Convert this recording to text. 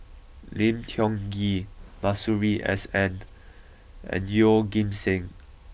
Lim Tiong Ghee Masuri S N and Yeoh Ghim Seng